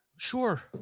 Sure